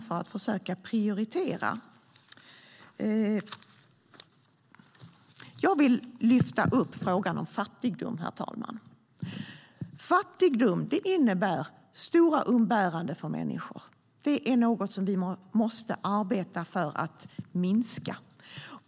Jag ska lyfta fram frågan om fattigdom. Fattigdom innebär stora umbäranden för människor. Det är något som vi måste arbeta för att minska.